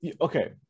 Okay